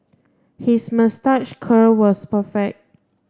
his moustache curl was perfect